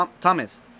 Thomas